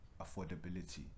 affordability